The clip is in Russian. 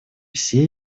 всей